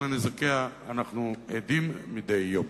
ולנזקיה אנחנו עדים מדי יום.